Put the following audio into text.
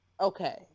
okay